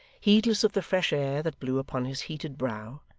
heedless of the fresh air that blew upon his heated brow,